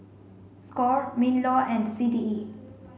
Score MINLAW and C T E